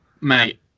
Mate